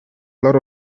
lot